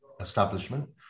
establishment